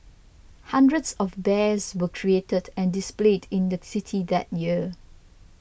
hundreds of bears were created and displayed in the city that year